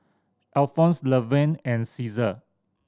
Alphons Levern and Ceasar